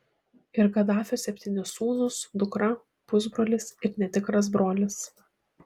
ir gadafio septyni sūnūs dukra pusbrolis ir netikras brolis